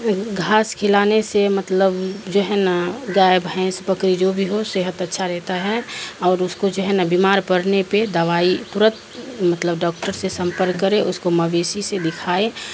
گھاس کھلانے سے مطلب جو ہے نا گائے بھینس بکری جو بھی ہو صحت اچھا رہتا ہے اور اس کو جو ہے نا بیمار پڑنے پہ دوائی پرت مطلب ڈاکٹر سے سمپرک کرے اس کو مویسیی سے دکھائے